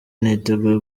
niteguye